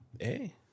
Hey